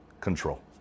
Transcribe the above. control